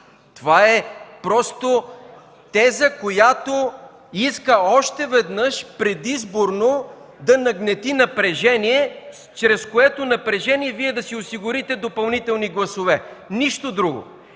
Това е теза, която иска още веднъж предизборно да нагнети напрежение, чрез което Вие да си осигурите допълнителни гласове – нищо друго!